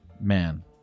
man